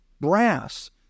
brass